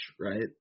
right